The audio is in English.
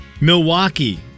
Milwaukee